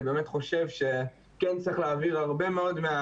אני באמת חושב שכן צריך להעביר הרבה מאוד,